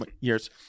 years